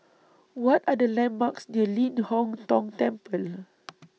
What Are The landmarks near Ling Hong Tong Temple